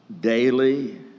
Daily